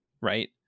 Right